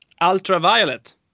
Ultraviolet